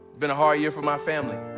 been a hard year for my family.